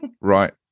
right